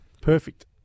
perfect